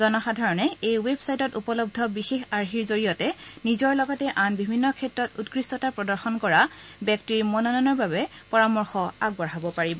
জনসাধাৰণে এই ৱেব ছাইটত উপলৰূ বিশেষ আৰ্হিৰ জৰিয়তে নিজৰ লগতে আন বিভিন্ন ক্ষেত্ৰত উৎকৃষ্টতা প্ৰদৰ্শন কৰা ব্যক্তিৰ মনোনয়নৰ বাবে পৰামৰ্শ আগবঢ়াব পাৰিব